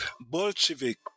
Bolshevik